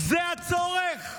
זה הצורך?